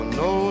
no